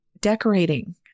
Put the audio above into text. decorating